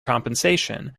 compensation